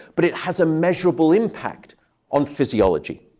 but it has a measurable impact on physiology.